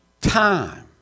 time